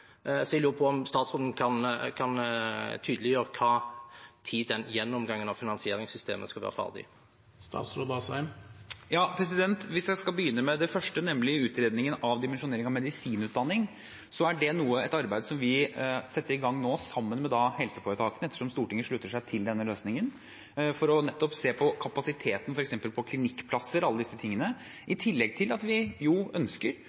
Jeg lurer på om statsråden kan tydeliggjøre når gjennomgangen av finansieringssystemet skal være ferdig. Hvis jeg skal begynne med det første, nemlig utredningen av dimensjonering av medisinutdanning, så er det et arbeid som vi setter i gang nå sammen med helseforetakene ettersom Stortinget slutter seg til denne løsningen, for nettopp å se på kapasiteten f.eks. på klinikkplasser og alle disse tingene, i tillegg til at vi jo ønsker